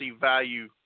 value